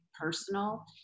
personal